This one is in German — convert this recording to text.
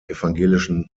evangelischen